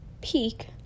peak